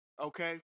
Okay